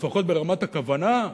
לפחות ברמת הכוונה,